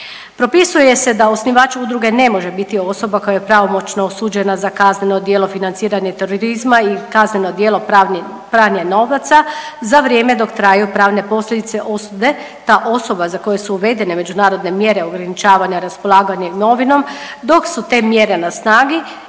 Propisuje se da osnivač udruge ne može biti osoba koja je pravomoćno osuđena za kazneno djelo financiranje terorizma i kazneno djelo pranje novaca za vrijeme dok traju pravne posljedice osude. Ta osoba za koju su uvene međunarodne mjere ograničavanja raspolaganja imovinom dok su te mjere na snagi